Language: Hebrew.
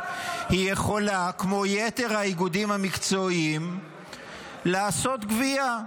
היא יכולה כמו יתר האיגודים המקצועיים לעשות גבייה.